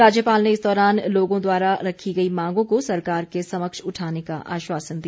राज्यपाल ने इस दौरान लोगों द्वारा रखी गई मांगों को सरकार के समक्ष उठाने का आश्वासन दिया